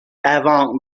avant